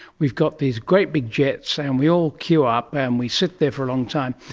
we've got these great big jets, and we all queue up and we sit there for a long time.